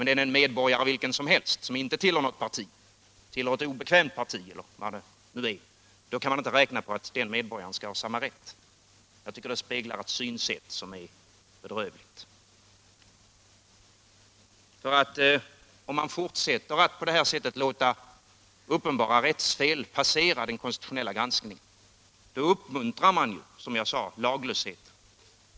Men är man en medborgare vilken som helst, som inte tillhör något parti eller tillhör ett obekvämt parti, då kan man inte räkna med att ha samma rätt. — Det speglar ett synsätt som är bedrövligt. Om man fortsätter att på detta sätt låta uppenbara rättsfall passera den konstitutionella granskningen uppmuntrar man, som jag sade, laglösheten.